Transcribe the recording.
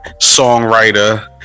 songwriter